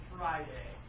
Friday